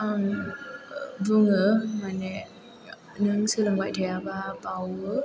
आं बुङो माने नों सोलोंबाय थायाबा बावो